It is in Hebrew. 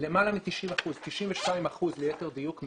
למעלה מ-90 אחוזים מהם, 92 אחוזים ליתר דיוק,